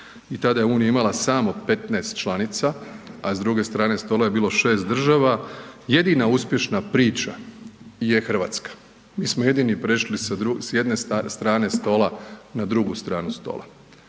i tada je Unija imala samo 15 članica, a s druge strane stola je bilo 6 država, jedina uspješna priča je RH, mi smo jedini prešli s jedne strane stola na drugu stranu stola